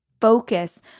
focus